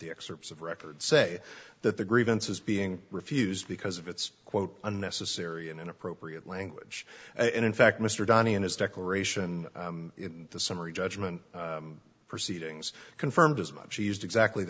the excerpts of record say that the grievances being refused because of it's quote unnecessary and inappropriate language and in fact mr doney in his declaration the summary judgment proceedings confirmed as much she used exactly